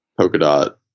Polkadot